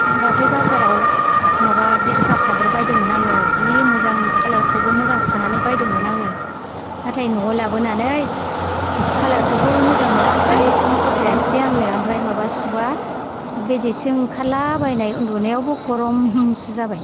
दाख्लै बाजारआव माबा बिसिना सादर बायदोंमोन आङो जि मोजां खालार खौबो मोजां साननानै बायदोंमोन आङो नाथाय न'आव लाबोनानै खालार खौबो मोजां मोनाखिसै फसायाखिसै आङो ओमफ्राय माबा सुबा बेजेसो ओंखारला बायनाय उन्दुनायावबो गरमसो जाबाय